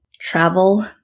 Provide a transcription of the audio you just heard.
travel